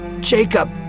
Jacob